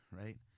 right